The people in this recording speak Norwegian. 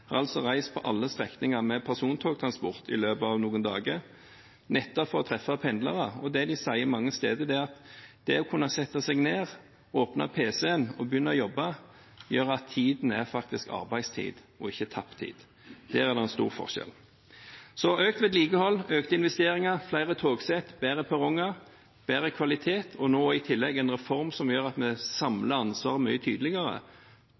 har flertall, har altså reist på alle strekninger med persontogtransport i løpet av noen dager nettopp for å treffe pendlere. Det de sier mange steder, er at det å kunne sette seg ned, åpne pc-en og begynne å jobbe gjør at tiden faktisk er arbeidstid og ikke tapt tid. Der er det en stor forskjell. Så økt vedlikehold, økte investeringer, flere togsett, bedre perronger, bedre kvalitet og nå i tillegg en reform som gjør at vi samler ansvaret mye tydeligere,